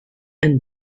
and